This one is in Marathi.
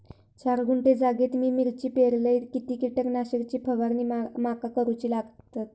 चार गुंठे जागेत मी मिरची पेरलय किती कीटक नाशक ची फवारणी माका करूची लागात?